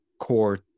core